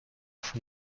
schon